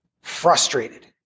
frustrated